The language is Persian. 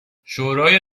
شورای